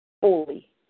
fully